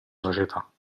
società